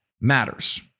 matters